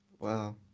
Wow